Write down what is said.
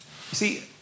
See